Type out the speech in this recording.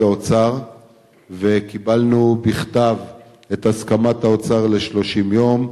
האוצר וקיבלנו בכתב את הסכמת האוצר ל-30 יום,